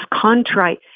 contrite